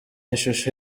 ishusho